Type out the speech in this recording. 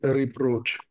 reproach